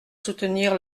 soutenir